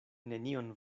nenion